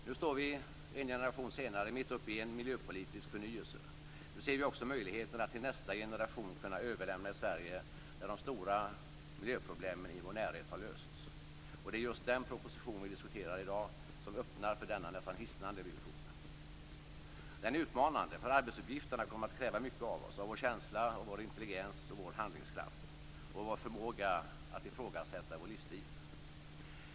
Nu står vi, en generation senare, mitt uppe i en stor miljöpolitisk förnyelse. Nu ser vi också möjligheterna att till nästa generation överlämna ett Sverige där de stora miljöproblemen i vår närhet har lösts. Och det är just den proposition som vi diskuterar i dag som öppnar för denna nästan hissnande vision. Den är utmanande, för att arbetsuppgifterna kommer att kräva mycket av oss, av vår känsla, av vår intelligens, av vår handlingskraft och av vår förmåga att ifrågasätta vår livsstil.